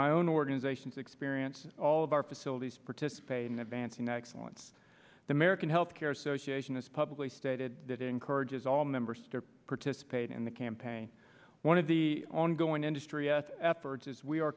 my own organizations experience all of our facilities participate in advancing excellence the american healthcare association has publicly stated that it encourages all members participate in the campaign one of the ongoing industry efforts as we are